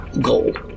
gold